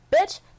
bitch